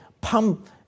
pump